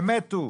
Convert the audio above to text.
הם מתו.